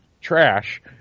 trash